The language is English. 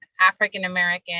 African-American